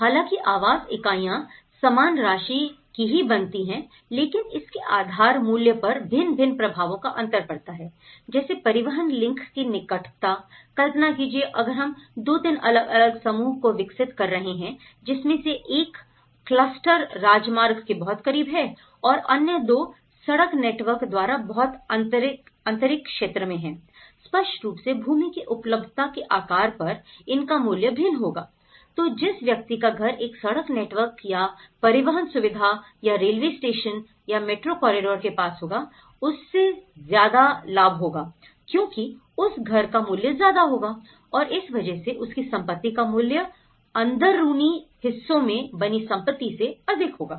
हालांकि आवास इकाइयां समान राशि की ही बनती हैं लेकिन इसके आधार मूल्य पर भिन्न भिन्न प्रभावों का अंतर पड़ता है जैसे परिवहन लिंक की निकटता कल्पना कीजिए अगर हम 2 3 अलग अलग समूहों को विकसित कर रहे हैं जिसमें से एक क्लस्टर राजमार्ग के बहुत करीब है और अन्य दो सड़क नेटवर्क द्वारा बहुत आंतरिक क्षेत्र में हैं स्पष्ट रूप से भूमि की उपलब्धता के आधार पर इनका मूल्य भिन्न होगा तो जिस व्यक्ति का घर एक सड़क नेटवर्क या परिवहन सुविधा या रेलवे स्टेशन या मेट्रो कॉरिडोर के पास होगा उससे ज्यादा लाभ होगा क्योंकि उस घर का मूल्य ज्यादा होगा और इस वजह से उसकी संपत्ति का मूल्य अंदरूनी हिस्सों में बनी संपत्ति से अधिक होगा